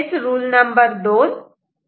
rule number दोन rule no